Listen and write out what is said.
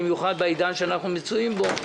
במיוחד בעידן שאנחנו מצויים בו,